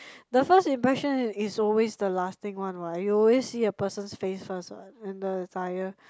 the first impression is always the lasting one what you always see a person's face first what and the attire